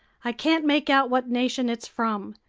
i can't make out what nation it's from.